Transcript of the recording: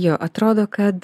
jo atrodo kad